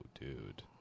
dude